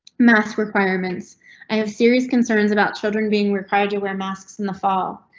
mass requirements i have serious concerns about children being required to wear masks in the fall.